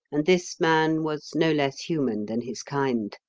and this man was no less human than his kind.